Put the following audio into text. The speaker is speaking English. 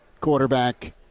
quarterback